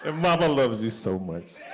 and mama loves you so much.